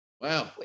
Wow